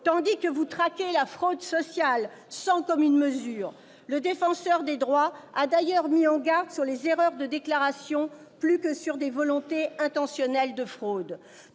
tandis que vous traquez la fraude sociale sans commune mesure. Le Défenseur des droits a d'ailleurs mis en garde sur ce qui serait des erreurs de déclaration, plus que des volontés intentionnelles de fraude.